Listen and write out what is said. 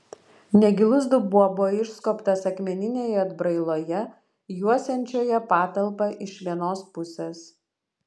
negilus dubuo buvo išskobtas akmeninėje atbrailoje juosiančioje patalpą iš vienos pusės